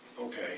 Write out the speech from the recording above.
Okay